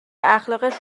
اخلاقش